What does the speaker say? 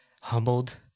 humbled